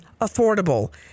affordable